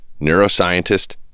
neuroscientist